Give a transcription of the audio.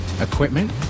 equipment